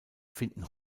finden